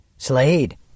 Slade